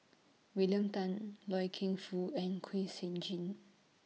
William Tan Loy Keng Foo and Kwek Siew Jin